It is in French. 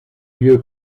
lieu